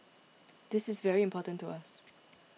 this is very important to us